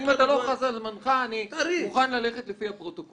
אם אתה לא חס על זמנך אני מוכן ללכת לפי הפרוטוקול.